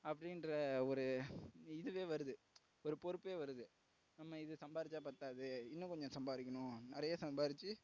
அப்படின்ற ஒரு இதுவே வருது ஒரு பொறுப்பே வருது நம்ப இது சம்பாரிச்சா பத்தாது இன்னும் கொஞ்சம் சம்பாரிக்கணும் நிறைய சம்பாரிச்சு